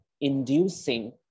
inducing